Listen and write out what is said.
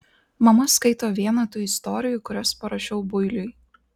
mama skaito vieną tų istorijų kurias parašiau builiui